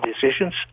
decisions